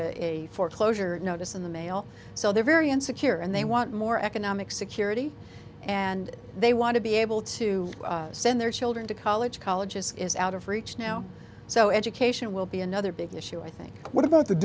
a foreclosure notice in the mail so they're very insecure and they want more economic security and they want to be able to send their children to college colleges is out of reach now so education will be another big issue i think what about the